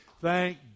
Thank